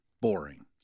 boring